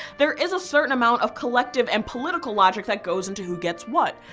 there is a certain amount of collective and political logic that goes into who gets what.